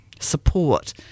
support